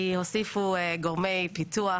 כי הוסיפו גורמי פיתוח,